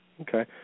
Okay